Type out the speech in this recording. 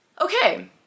Okay